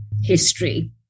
history